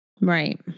Right